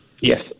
Yes